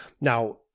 Now